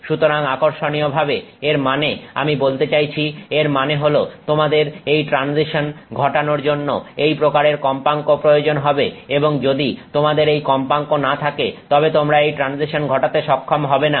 সুতরাং আকর্ষণীয়ভাবে এর মানে আমি বলতে চাইছি এর মানে হলো তোমাদের এই ট্রানজিশন ঘটানোর জন্য এই প্রকারের কম্পাঙ্কের প্রয়োজন হবে এবং যদি তোমাদের এই কম্পাঙ্ক না থাকে তবে তোমরা এই ট্রানজিশন ঘটাতে সক্ষম হবে না